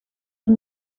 dut